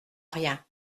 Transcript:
rien